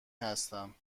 هستم